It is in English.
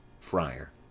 FRIAR